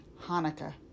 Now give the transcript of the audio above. Hanukkah